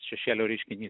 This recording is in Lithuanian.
šešėlio reiškinys